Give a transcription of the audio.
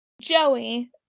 Joey